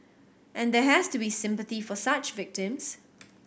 and there has to be sympathy for such victims